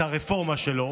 את הרפורמה שלו,